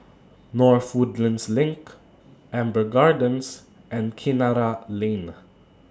North Woodlands LINK Amber Gardens and Kinara Lane